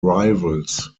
rivals